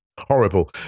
horrible